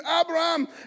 Abraham